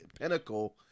pinnacle